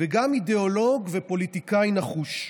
וגם אידיאולוג ופוליטיקאי נחוש.